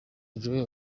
joe